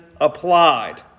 applied